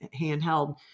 handheld